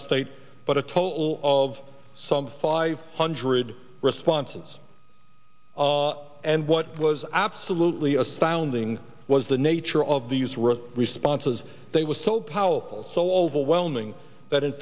of state but a total of some five hundred responses and what was absolutely astounding was the nature of these written responses that was so powerful so overwhelming that in